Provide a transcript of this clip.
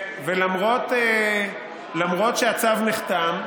ולמרות שהצו נחתם,